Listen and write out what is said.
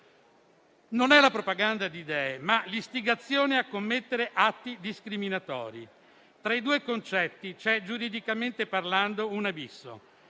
Non è la propaganda di idee, ma l'istigazione a commettere atti discriminatori: tra i due concetti c'è, giuridicamente parlando, un abisso.